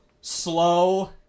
slow